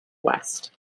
west